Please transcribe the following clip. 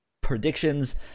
predictions